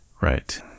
Right